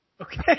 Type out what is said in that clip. Okay